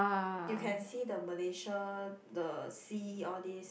you can see the Malaysia the sea all these